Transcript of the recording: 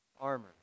armor